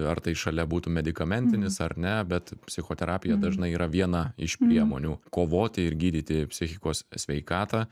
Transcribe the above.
ar tai šalia būtų medikamentinis ar ne bet psichoterapija dažnai yra viena iš priemonių kovoti ir gydyti psichikos sveikatą